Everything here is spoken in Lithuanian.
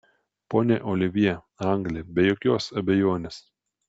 ponia olivjė anglė be jokios abejonės